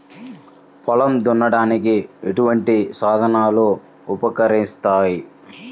పొలం దున్నడానికి ఎటువంటి సాధనాలు ఉపకరిస్తాయి?